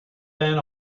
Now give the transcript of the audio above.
been